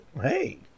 hey